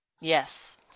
Yes